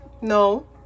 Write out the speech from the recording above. No